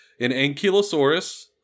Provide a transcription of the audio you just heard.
ankylosaurus